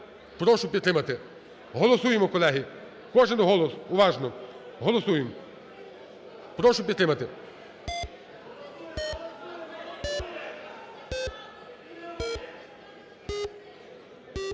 прошу підтримати. Голосуємо, колеги, кожен голос уважно, голосуємо, прошу підтримати.